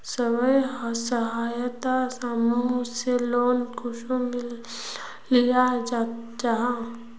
स्वयं सहायता समूह से लोन कुंसम लिया जाहा?